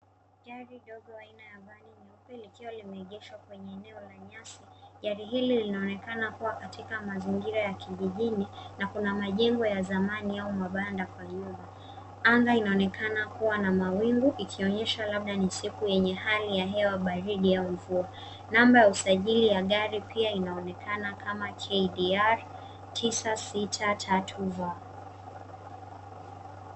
Gari ndogo aina ya vani nyeupe likiwa limeegeshwakwenye eneo la nyasi. Gari hili linaonekana kua katika mazingira ya kijijini, na kuna majengo ya zamani au mabanda kwa nyuma. Anga inaonekana kua na mawingu, ikionyesha labda ni siku yenye hali ya hewa baridi au mvua. Namba ya usajili ya gari pia inaonekana kama KDR 963V.